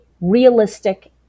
realistic